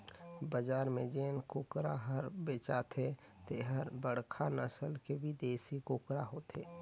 बजार में जेन कुकरा हर बेचाथे तेहर बड़खा नसल के बिदेसी कुकरा होथे